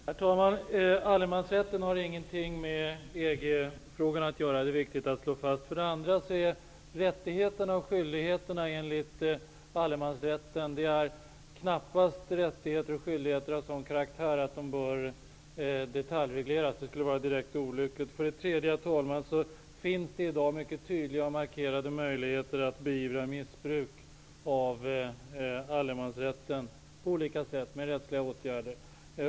Herr talman! Allemansrätten har för det första ingenting med EG-frågan att göra. Det är det viktigt att slå fast. För det andra är rättigheterna och skyldigheterna enligt allemansrätten knappast rättigheter och skyldigheter av sådan karaktär att de bör detaljregleras. Det skulle vara direkt olyckligt. För det tredje, herr talman, finns det i dag mycket tydliga och markerade möjligheter att beivra missbruk av allemansrätten på olika sätt med rättsliga åtgärder.